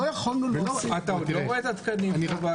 אתה לא רואה את התקנים.